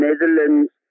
Netherlands